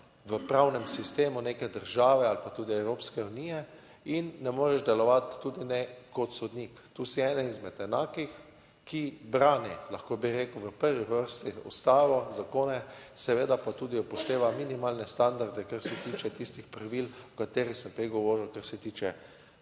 v pravnem sistemu neke države ali pa tudi Evropske unije in ne moreš delovati tudi ne kot sodnik. Tu si eden izmed enakih, ki brani, lahko bi rekel, v prvi vrsti Ustavo, zakone, seveda pa tudi upošteva minimalne standarde, kar se tiče tistih pravil, o katerih sem prej govoril, kar se tiče